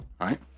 right